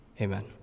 Amen